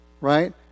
right